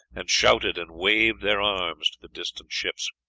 and shouted and waved their arms to the distant ships.